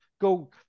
go